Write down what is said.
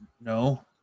no